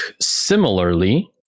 similarly